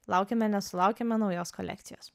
laukiame nesulaukiame naujos kolekcijos